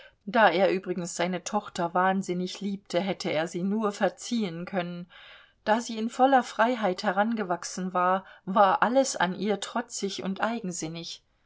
da er übrigens seine tochter wahnsinnig liebte hätte er sie nur verziehen können da sie in voller freiheit herangewachsen war war alles an ihr trotzig und eigensinnig